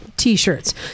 t-shirts